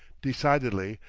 decidedly,